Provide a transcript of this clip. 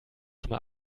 schon